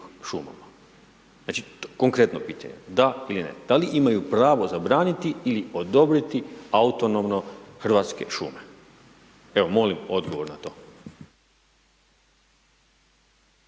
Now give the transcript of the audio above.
šumama? Znači, konkretno pitanje, da ili ne. Da li imaju pravo zabraniti ili odobriti autonomno Hrvatske šume? Evo molim odgovor na to.